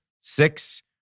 six